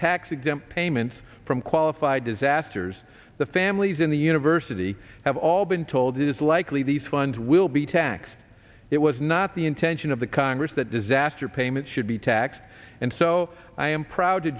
tax exempt payments from qualified disasters the families in the university have all been told it is likely these funds will be taxed it was not the intention of the congress that disaster payments should be taxed and so i am proud to